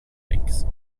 makes